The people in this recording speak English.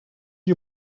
you